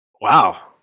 Wow